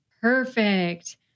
Perfect